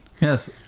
Yes